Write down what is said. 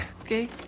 Okay